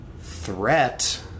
threat